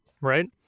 right